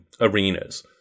arenas